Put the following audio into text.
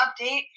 update